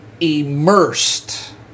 immersed